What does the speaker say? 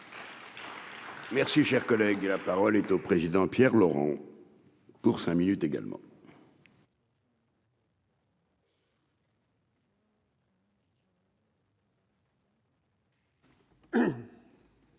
Merci, cher collègue, la parole est au président, Pierre Laurent, pour cinq minutes également.